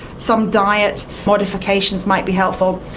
some diet modifications might be helpful.